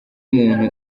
umuntu